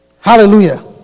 Hallelujah